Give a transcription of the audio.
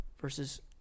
Versus